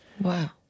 Wow